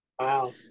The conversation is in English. Wow